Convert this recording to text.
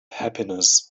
happiness